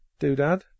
doodad